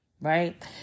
right